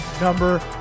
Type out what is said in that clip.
number